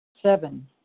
Seven